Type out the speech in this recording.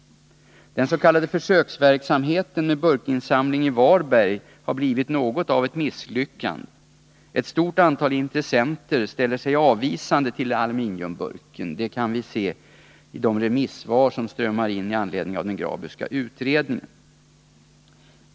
Den s.k. försöksverksamheten med burkinsamling i Varberg har blivit något av ett misslyckande. Ett stort antal intressenter ställer sig avvisande till aluminiumburken. Det kan vi se i de remissvar som strömmar in med anledning av den Graböska utredningen.